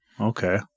okay